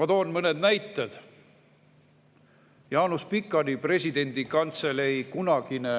Ma toon mõned näited. Jaanus Pikani, Presidendi Kantselei kunagine